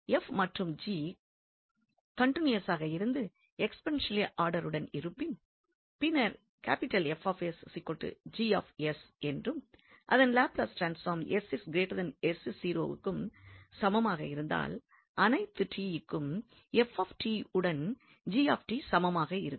f மற்றும் g கன்டினியூவசாக இருந்து எக்ஸ்போனேன்ஷியல் ஆர்டருடன் இருப்பின் பின்னர் F G என்றும் இதன் லாப்லஸ் ட்ரான்ஸ்பார்ம் க்கு சமமாக இருந்தால் அனைத்து t க்கும் f உடன் g சமமாக இருக்கும்